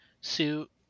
suit